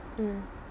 mm